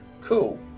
Cool